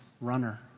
runner